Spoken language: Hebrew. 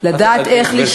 לדעת איך לשמור עליו.